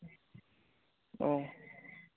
औ